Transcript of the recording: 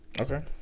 Okay